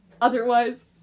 Otherwise